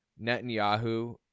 Netanyahu